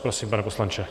Prosím, pane poslanče.